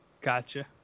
Gotcha